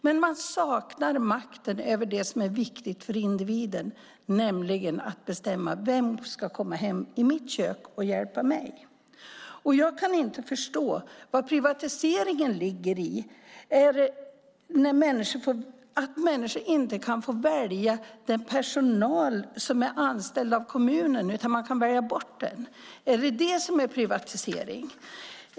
Men den saknar makten över det som är viktigt för individen, nämligen att bestämma vem som ska komma hem till den enskildas kök och hjälpa honom eller henne. Jag kan inte förstå vad privatiseringen ligger i. Är det att människor inte bara kan få välja den personal som är anställd av kommunen utan kan välja bort den? Är det detta som är privatisering?